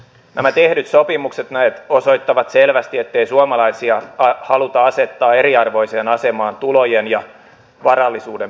nämä tehdyt sopimukset näet osoittavat selvästi ettei suomalaisia haluta asettaa eriarvoiseen asemaan tulojen ja varallisuuden perusteella